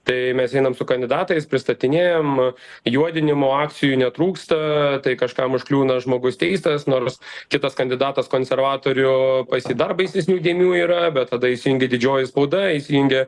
tai mes einam su kandidatais pristatinėjam juodinimo akcijų netrūksta tai kažkam užkliūna žmogus teistas nors kitas kandidatas konservatorių pas jį dar baisesnių dėmių yra bet tada įsijungia didžioji spauda įsijungia